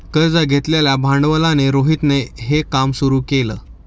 कर्ज घेतलेल्या भांडवलाने रोहितने हे काम सुरू केल